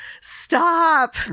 stop